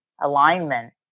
alignment